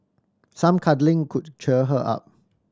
some cuddling could cheer her up